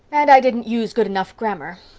and i didn't use good enough grammar.